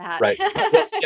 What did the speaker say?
right